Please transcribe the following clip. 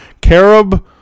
Carob